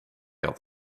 had